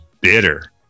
bitter